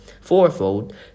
fourfold